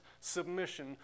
submission